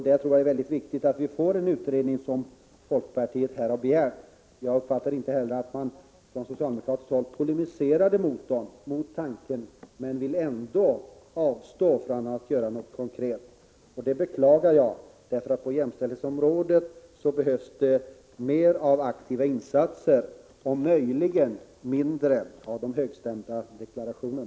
Det är mycket viktigt att det tillsätts en utredning i denna fråga, som folkpartiet har begärt. Jag uppfattar inte att socialdemokraterna polemiserar mot denna tanke, men de avstår ändå från att göra något konkret. Jag beklagar det, därför att på jämställdhetsområdet behövs det mera aktiva insatser och möjligen mindre högstämda deklarationer.